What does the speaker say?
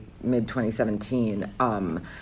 mid-2017